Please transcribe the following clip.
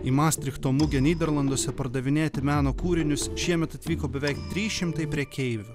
į mastrichto mugę nyderlanduose pardavinėti meno kūrinius šiemet atvyko beveik trys šimtai prekeivių